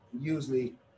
Usually